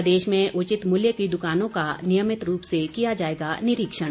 प्रदेश में उचित मूल्य की दुकानों का नियमित रूप से किया जाएगा निरीक्षण